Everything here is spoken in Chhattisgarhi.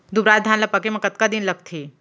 दुबराज धान ला पके मा कतका दिन लगथे?